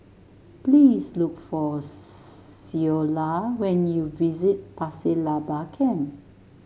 please look for Ceola when you visit Pasir Laba Camp